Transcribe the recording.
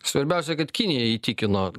svarbiausia kad kinija įtikino